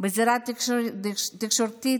בזירה התקשורתית,